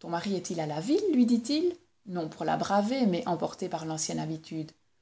ton mari est-il à la ville lui dit-il non pour la braver mais emporté par l'ancienne habitude